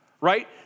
right